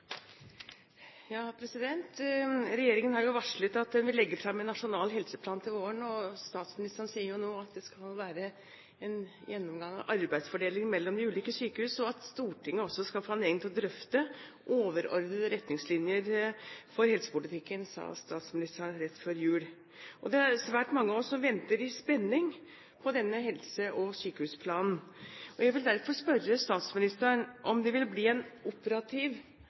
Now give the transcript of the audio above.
våren, og statsministeren sier nå at det skal være en gjennomgang av arbeidsfordelingen mellom de ulike sykehus. «Stortinget skal få anledning til å drøfte overordnede retningslinjer for helsepolitikken.» Det sa statsministeren rett før jul. Det er svært mange av oss som venter i spenning på denne helse- og sykehusplanen. Jeg vil derfor spørre statsministeren om det vil bli en operativ